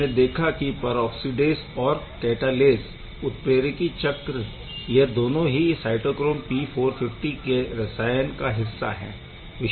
आपने देखा की परऑक्सीडेस और कैटालेस उत्प्रेरकी चक्र यह दोनों ही साइटोक्रोम P450 के रसायन का हिस्सा है